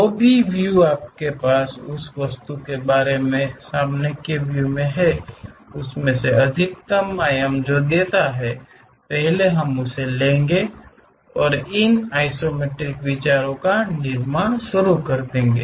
जो भी व्यू आपको उस वस्तु के बारे में एक अधिकतम आयाम देता है हम इसे ले लेंगे और इन आइसोमेट्रिक विचारों का निर्माण शुरू कर देंगे